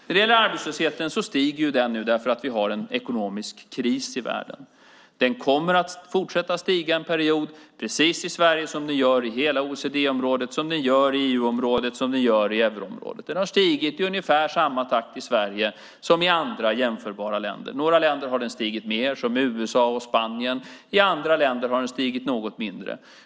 När det gäller arbetslösheten stiger den nu därför att vi har en ekonomisk kris i världen. Den kommer att fortsätta att stiga en period i Sverige precis som den gör i hela OECD-området, EU-området och euroområdet. Den har stigit i ungefär samma takt i Sverige som i andra jämförbara länder. I några länder har den stigit mer, som USA och Spanien, och i andra länder har den stigit något mindre.